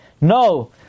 No